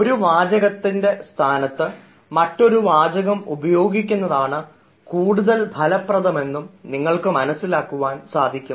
ഒരു വാചകത്തെ സ്ഥാനത്ത് മറ്റൊരു വാചകം ഉപയോഗിക്കുന്നതാണ് കൂടുതൽ ഫലപ്രദം എന്നും നിങ്ങൾക്ക് മനസ്സിലാക്കാൻ സാധിക്കും